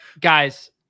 Guys